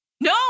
No